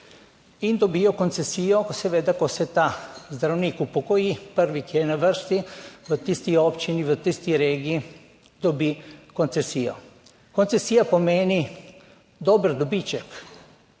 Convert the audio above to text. In dobijo koncesijo, seveda, ko se ta zdravnik upokoji. prvi, ki je na vrsti v tisti občini, v tisti regiji, dobi koncesijo. Koncesija pomeni dober dobiček.